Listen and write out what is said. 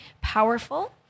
powerful